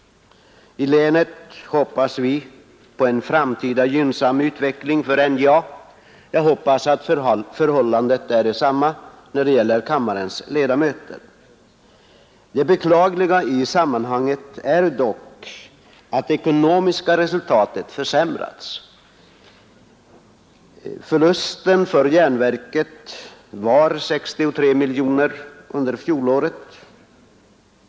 I länet hoppas vi på en framtida gynnsam utveckling för NJA. Jag hoppas inställningen är densamma hos kammarens ledamöter. En beklaglig sak i sammanhanget är dock att det ekonomiska resultatet försämrats. Förlusten för järnverket var 63 miljoner under fjolåret.